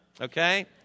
Okay